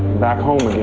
back home